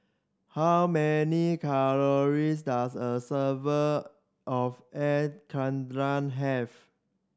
how many calories does a serve of Air Karthira have